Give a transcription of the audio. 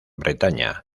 bretaña